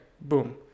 boom